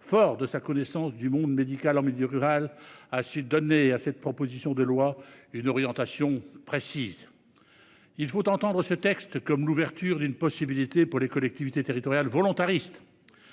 fort de sa connaissance du monde médical en milieu rural, a su donner à cette proposition de loi une orientation précise. Il faut comprendre ce texte comme l'ouverture d'une possibilité pour les collectivités territoriales volontaristes.